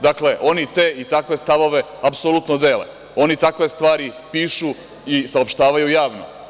Dakle, oni te i takve stavove apsolutno dele, oni takve stvari pišu i saopštavaju javno.